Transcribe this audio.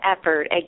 effort